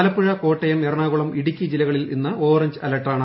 ആലപ്പുഴ കോട്ടയം എറണാകുളം ഇടുക്കി ജില്ലകളിൽ ഇന്ന് ഓറഞ്ച് അലർട്ടാണ്